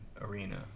arena